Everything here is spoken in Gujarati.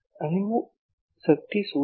અને અહીં શક્તિ શું છે